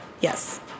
Yes